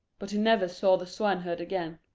but he never saw the swineherd again.